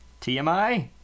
TMI